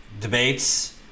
debates